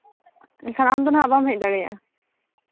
ᱮᱱᱠᱷᱟᱱ ᱟᱢ ᱫᱚ ᱦᱟᱸᱜ ᱵᱟᱢ ᱦᱮᱡ ᱫᱟᱲᱮᱭᱟᱜᱼᱟ